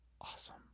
awesome